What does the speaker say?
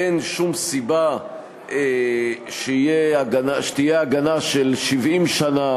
אין שום סיבה שתהיה הגנה של 70 שנה